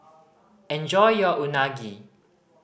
enjoy your Unagi